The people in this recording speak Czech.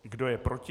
Kdo je proti?